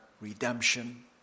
redemption